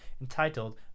entitled